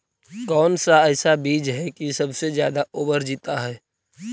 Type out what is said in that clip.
कौन सा ऐसा बीज है की सबसे ज्यादा ओवर जीता है?